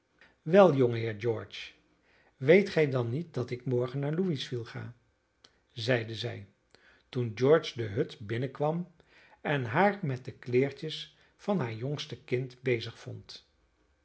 wel jongeheer george weet gij dan niet dat ik morgen naar louisville ga zeide zij toen george de hut binnenkwam en haar met de kleertjes van haar jongste kind bezig vond